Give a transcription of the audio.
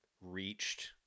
reached